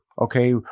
okay